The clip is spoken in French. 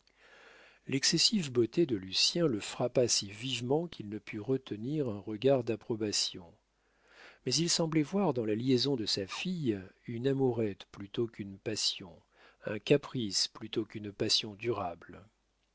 l'excessive beauté de lucien le frappa si vivement qu'il ne put retenir un regard d'approbation mais il semblait voir dans la liaison de sa fille une amourette plutôt qu'une passion un caprice plutôt qu'une passion durable